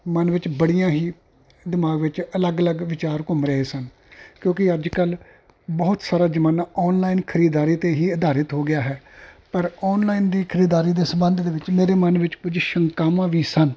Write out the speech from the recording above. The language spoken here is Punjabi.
ਮਨ ਵਿੱਚ ਬੜੀਆਂ ਹੀ ਦਿਮਾਗ ਵਿੱਚ ਅਲੱਗ ਅਲੱਗ ਵਿਚਾਰ ਘੁੰਮ ਰਹੇ ਸਨ ਕਿਉਂਕਿ ਅੱਜ ਕੱਲ੍ਹ ਬਹੁਤ ਸਾਰਾ ਜ਼ਮਾਨਾ ਆਨਲਾਈਨ ਖਰੀਦਦਾਰੀ 'ਤੇ ਹੀ ਅਧਾਰਿਤ ਹੋ ਗਿਆ ਹੈ ਪਰ ਆਨਲਾਈਨ ਦੀ ਖਰੀਦਾਰੀ ਦੇ ਸੰਬੰਧ ਦੇ ਵਿੱਚ ਮੇਰੇ ਮਨ ਵਿੱਚ ਕੁਝ ਸ਼ੰਕਾਵਾਂ ਵੀ ਸਨ